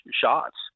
shots